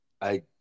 I